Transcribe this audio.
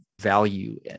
value